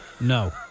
no